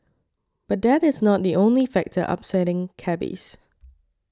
but that is not the only factor upsetting cabbies